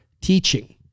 teaching